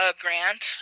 grant